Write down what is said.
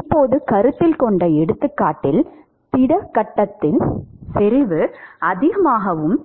இப்போது கருத்தில் கொண்ட எடுத்துக்காட்டில் திட கட்டத்தில் செறிவு அதிகமாகவும்